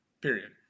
period